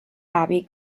abbey